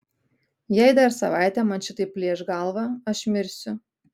jei dar savaitę man šitaip plėš galvą aš mirsiu